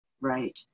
Right